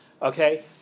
Okay